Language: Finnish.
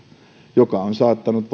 joka on saattanut